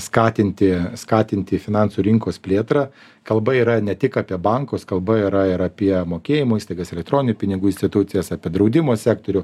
skatinti skatinti finansų rinkos plėtrą kalba yra ne tik apie bankus kalba yra ir apie mokėjimo įstaigas elektroninių pinigų institucijas apie draudimo sektorių